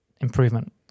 improvement